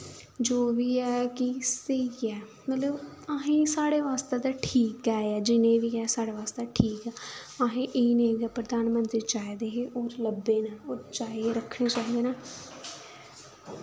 जो बी ऐ कि स्हेई ऐ मतलब अहें साढ़े बास्तै ते ठीक ऐ जनेह् बी ऐ साढ़े बास्तै ठीक ऐ असेंगी एह् नेह् गै प्रधानमंत्री चाहिदे हे ओह् लब्भे न ओह् चाहिए रक्खने चाहिदे न